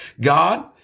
God